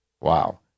Wow